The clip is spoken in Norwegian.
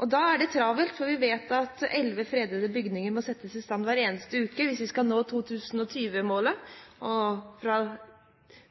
Da blir det travelt, for vi vet at elleve fredede bygninger må settes i stand hver eneste uke hvis vi skal nå 2020-målet. Fra